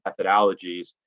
methodologies